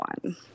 one